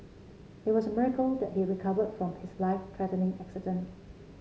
it was a miracle that he recover from his life threatening accident